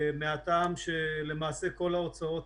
מע"מ על בסיס מזומן.